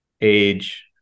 age